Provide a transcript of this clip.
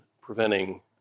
preventing